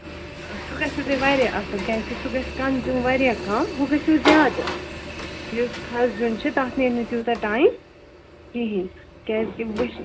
سُہ گَژھِو تۄہہِ واریاہ اَصٕل کیٛازِکہِ سُہ گَژھِ کَنزیوٗم واریاہ کَم ہُہ گژھِوٕ زیادٕ یُس فرٛٮ۪س زیُن چھُ تَتھ نیٚرِ نہٕ تیوٗتاہ ٹایم کِہیٖنۍ کیٛازِ کہِ وۄنۍ